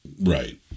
Right